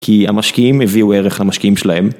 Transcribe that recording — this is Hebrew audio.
כי המשקיעים הביאו ערך למשקיעים שלהם.